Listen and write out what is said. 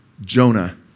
Jonah